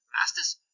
Masters